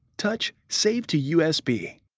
touch save to usb.